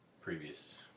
previous